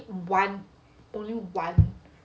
so you just need one only one